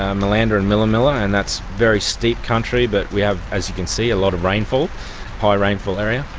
um malanda and millaa millaa, and that's very steep country but we have, as you can see, a lot of rainfall, a high rainfall area.